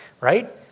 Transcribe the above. right